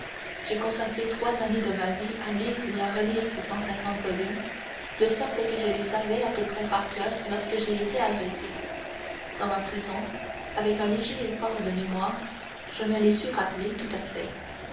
j'ai consacré trois années de ma vie à lire et à relire ces cent cinquante volumes de sorte que je les savais à peu près par coeur lorsque j'ai été arrêté dans ma prison avec un léger effort de mémoire je me les suis rappelés tout à fait